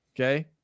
Okay